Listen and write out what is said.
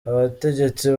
abategetsi